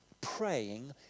praying